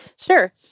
Sure